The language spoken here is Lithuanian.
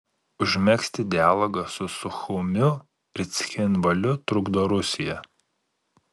užmegzti dialogą su suchumiu ir cchinvaliu trukdo rusija